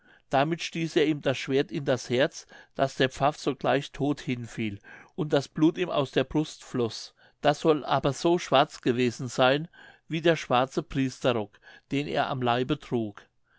damit stieß er ihm das schwert in das herz daß der pfaff sogleich todt hinfiel und das blut ihm aus der brust floß das soll aber so schwarz gewesen sein wie der schwarze priesterrock den er am leibe trug